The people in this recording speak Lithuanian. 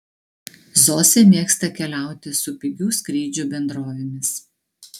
zosė mėgsta keliauti su pigių skrydžių bendrovėmis